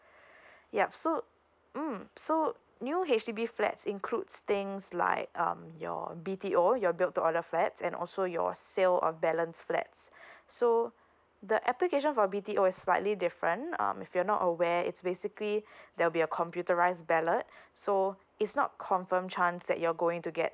yup so mm so new H_D_B flats includes things like um your B_T_O your build to order flats and also your sale of balance flats so the application for B_T_O is slightly different um if you're not aware it's basically there will be a computerize ballot so it's not confirm chance that you're going to get